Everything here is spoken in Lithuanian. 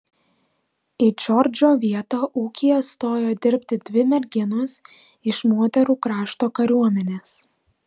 į džordžo vietą ūkyje stojo dirbti dvi merginos iš moterų krašto kariuomenės